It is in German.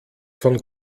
von